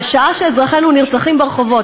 בשעה שאזרחינו נרצחים ברחובות,